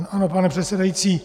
Ano, pane předsedající.